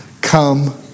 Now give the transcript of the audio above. Come